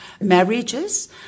marriages